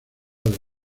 del